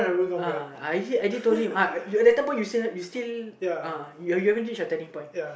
uh I hit I did told him I later point you still you still uh you you haven't reach your turning point